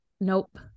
Nope